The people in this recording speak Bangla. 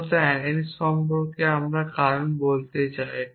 মূলত আমি অ্যালিস সম্পর্কে কারণ বলতে চাই